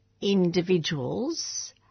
individuals